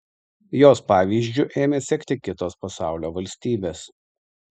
jos pavyzdžiu ėmė sekti kitos pasaulio valstybės